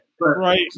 right